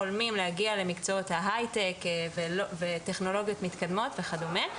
חולמים להגיע למקצועות ההייטק וטכנולוגיות מתקדמות וכדומה,